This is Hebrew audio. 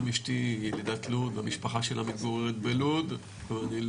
גם אשתי ילידת לוד והמשפחה שלה מתגוררת בלוד ולא